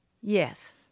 Yes